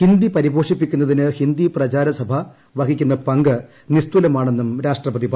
ഹിന്ദി പരിപോഷിപ്പിക്കുന്നതിന് ഹിന്ദി പ്രചാര്യ സഭ വഹിക്കുന്ന പങ്ക് നിസ്തുലമാണെന്നും രാഷ്ട്രപതിപറഞ്ഞു